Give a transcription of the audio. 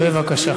בבקשה.